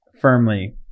firmly